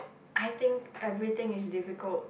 I think everything is difficult